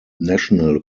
national